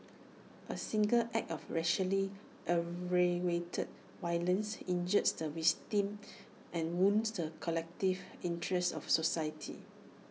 A single act of racially aggravated violence injures the victim and wounds the collective interests of society